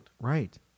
right